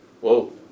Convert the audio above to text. Whoa